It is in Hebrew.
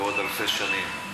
ועוד אלפי שנים,